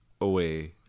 away